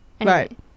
Right